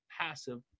Passive